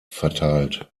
verteilt